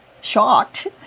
shocked